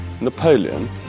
Napoleon